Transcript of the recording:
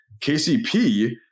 KCP